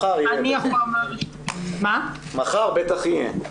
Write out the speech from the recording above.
מחר תהיה.